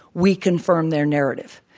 we confirm their narrative.